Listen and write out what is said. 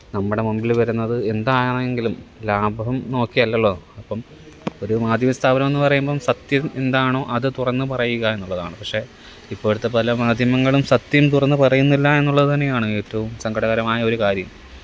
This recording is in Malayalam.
നമ്മുടെ മുമ്പില് വരുന്നത് എന്താണെങ്കിലും ലാഭം നോക്കിയല്ലല്ലോ അപ്പം ഒരു മാധ്യമ സ്ഥാപനമെന്ന് പറയുമ്പം സത്യം എന്താണോ അത് തുറന്ന് പറയുക എന്നുള്ളതാണ് പക്ഷെ ഇപ്പോഴത്തെ പല മാധ്യമങ്ങളും സത്യം തുറന്ന് പറയുന്നില്ല എന്നുള്ളത് തന്നെയാണ് ഏറ്റവും സങ്കടകരമായൊര് കാര്യം